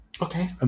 Okay